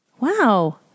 Wow